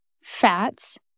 fats